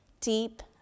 deep